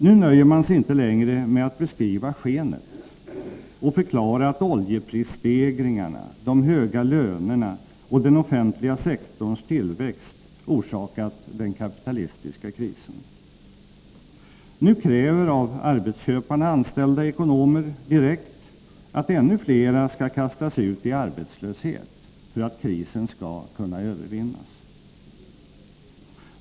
Nu nöjer man sig inte längre med att beskriva skenet och förklara att oljeprisstegringarna, de höga lönerna och den offentliga sektorns tillväxt orsakat den kapitalistiska krisen. Nu kräver av arbetsköparna anställda ekonomer direkt att ännu flera skall kastas ut i arbetslöshet för att krisen skall kunna övervinnas.